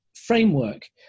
framework